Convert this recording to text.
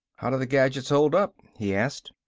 how did the gadgets hold up? he asked.